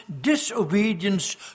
disobedience